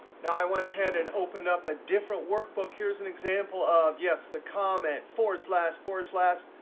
now i went ahead and opened up a different workbook. here's an example of yes, the comment, forward slash, forward slash,